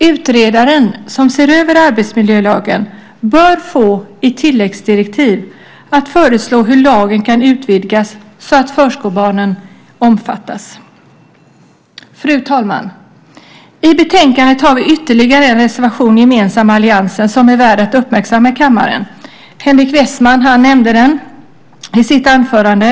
Utredaren som ser över arbetsmiljölagen bör få i tilläggsdirektiv att föreslå hur lagen kan utvidgas så att förskolebarnen omfattas. Fru talman! I betänkandet har vi ytterligare en gemensam reservation med övriga i alliansen som är värd att uppmärksamma i kammaren. Henrik Westman nämnde den i sitt anförande.